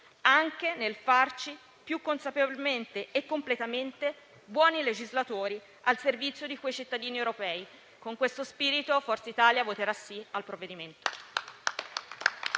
anche nel farci più consapevolmente e completamente buoni legislatori al servizio di quei cittadini europei. Con questo spirito Forza Italia voterà "sì" al provvedimento.